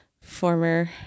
former